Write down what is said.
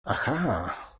aha